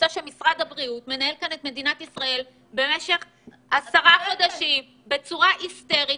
משרד הבריאות מערב את מדינת ישראל במשך עשרה חודשים בצורה היסטרית.